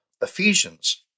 Ephesians